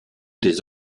des